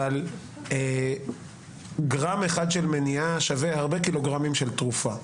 אבל גרם אחד של מניעה שווה הרבה קילוגרמים של תרופה.